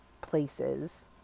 places